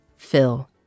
fill